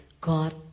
God